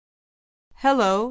Hello